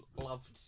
loved